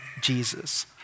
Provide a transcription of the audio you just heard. Jesus